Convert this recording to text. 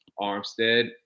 Armstead